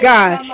God